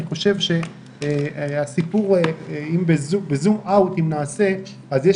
אני חושב שאם נעשה זום אאוט על הסיפור,